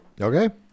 Okay